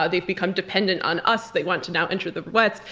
ah they've become dependent on us. they want to now enter the west.